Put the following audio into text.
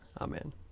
Amen